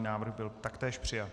Návrh byl taktéž přijat.